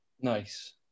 Nice